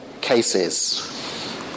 cases